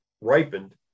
ripened